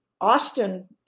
Austin